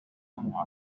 como